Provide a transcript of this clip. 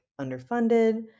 underfunded